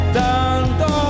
tanto